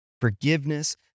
forgiveness